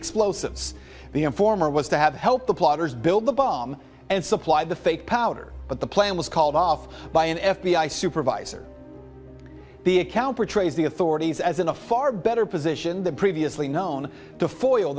explosives the informer was to have helped the plotters build the bomb and supply the fake powder but the plan was called off by an f b i supervisor the account portrays the authorities as in a far better position than previously known to foil